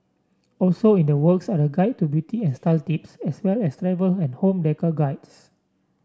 also in the works are the guide to beauty and style tips as well as travel and home decor guides